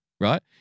right